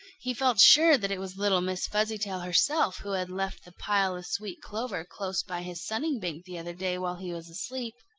he felt sure that it was little miss fuzzytail herself who had left the pile of sweet clover close by his sunning-bank the other day while he was asleep.